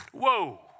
whoa